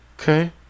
Okay